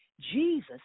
Jesus